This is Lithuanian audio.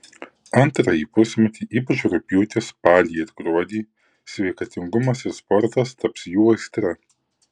antrąjį pusmetį ypač rugpjūtį spalį ir gruodį sveikatingumas ir sportas taps jų aistra